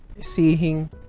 seeing